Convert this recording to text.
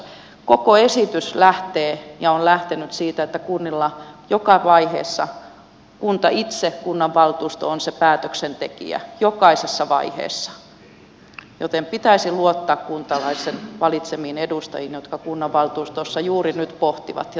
koko esitys lähtee ja on lähtenyt siitä että joka vaiheessa kunta itse kunnanvaltuusto on se päätöksentekijä jokaisessa vaiheessa joten pitäisi luottaa kuntalaisten valitsemiin edustajiin jotka kunnanvaltuustoissa juuri nyt pohtivat ja tekevät työtä